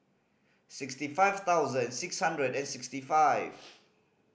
sixty five thousand six hundred and sixty five